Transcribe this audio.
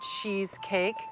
cheesecake